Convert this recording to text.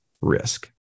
risk